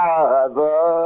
Father